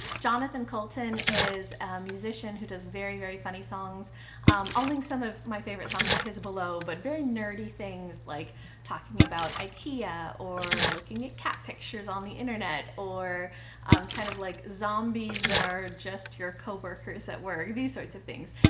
jonathan coulton is a musician who does very, very funny songs i'll link some of my favorite songs of his below but very nerdy things like talking about ikea, or looking at cat pictures on the internet, or kind of like zombies that are just your co-workers at work, these sorts of things.